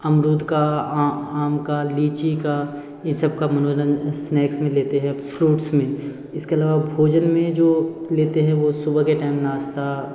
अमरुद का आम का लीची का इन सब का मनोरन स्नैक्स में लेते है फ्रूट्स में इसके अलावा भोजन में जो लेते है वो सुबह के टाइम नाश्ता